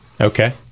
okay